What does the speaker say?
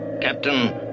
Captain